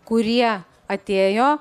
kurie atėjo